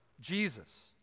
Jesus